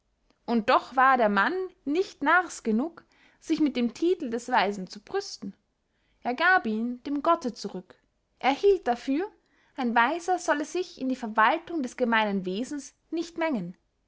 und doch war der mann nicht narrs genug sich mit dem titel des weisen zu brüsten er gab ihn dem gotte zurück er hielt dafür ein weiser solle sich in die verwaltung des gemeinen wesens nicht mengen